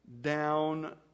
down